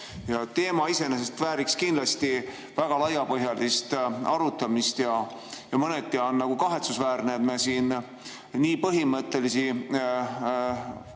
Teema iseenesest vääriks kindlasti väga laiapõhjalist arutamist ja on mõneti kahetsusväärne, et me siin nii põhimõttelisi